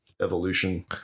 evolution